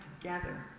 together